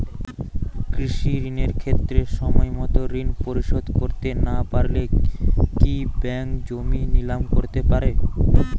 কৃষিঋণের ক্ষেত্রে সময়মত ঋণ পরিশোধ করতে না পারলে কি ব্যাঙ্ক জমি নিলাম করতে পারে?